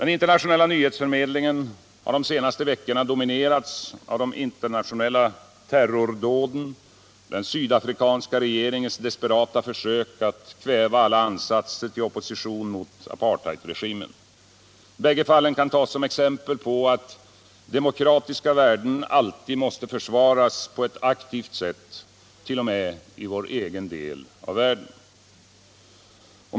Nyhetsförmedlingen från utlandet har de senaste veckorna dominerats av de internationella terrordåden och den sydafrikanska regeringens desperata försök att kväva alla ansatser till opposition mot apartheidregimen. Bägge fallen kan tas som exempel på att demokratiska värden alltid måste försvaras på ett aktivt sätt — t.o.m. i vår egen del av världen.